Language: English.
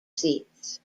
seats